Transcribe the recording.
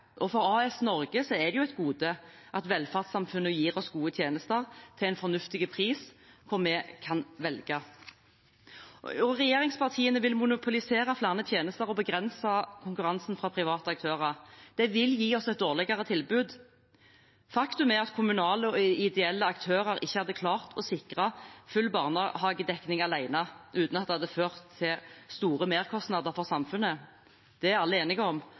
og for AS Norge er det et gode at velferdssamfunnet gir oss gode tjenester til en fornuftig pris, hvor vi kan velge. Regjeringspartiene vil monopolisere flere tjenester og begrense konkurransen fra private aktører. Det vil gi oss et dårligere tilbud. Faktum er at kommunale og ideelle aktører ikke hadde klart å sikre full barnehagedekning alene uten at det hadde ført til store merkostnader for samfunnet – det er alle enige om